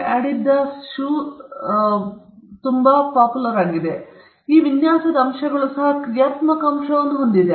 ಆದ್ದರಿಂದ ಆ ವಿನ್ಯಾಸದ ಅಂಶಗಳು ಸಹ ಕ್ರಿಯಾತ್ಮಕ ಅಂಶವನ್ನು ಹೊಂದಿವೆ